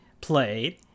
played